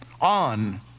on